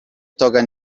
toga